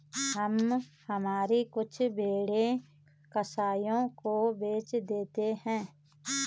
हम हमारी कुछ भेड़ें कसाइयों को बेच देते हैं